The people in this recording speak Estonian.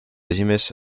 esimees